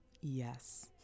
Yes